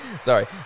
Sorry